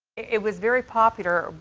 it was very popular.